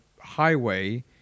highway